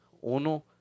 uno